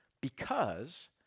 Because